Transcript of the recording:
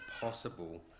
possible